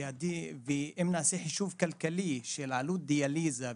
אם נעשה חישוב כלכלי של עלות דיאליזה,